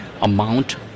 amount